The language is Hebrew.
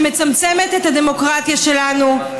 שמצמצמת את הדמוקרטיה שלנו,